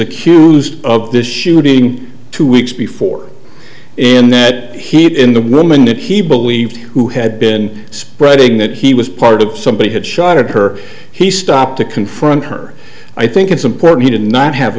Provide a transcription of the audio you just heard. accused of this shooting two weeks before in that heat in the woman that he believed who had been spreading that he was part of somebody had shot at her he stopped to confront her i think it's important he did not have a